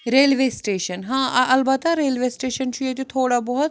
railway station ہاں البتہ railway station چھُ ییٚتہِ تھوڑا بہت